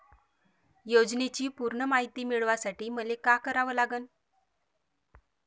योजनेची पूर्ण मायती मिळवासाठी मले का करावं लागन?